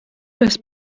bez